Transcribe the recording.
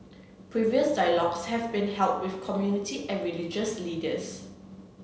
previous dialogues have been held with community and religious leaders